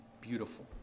beautiful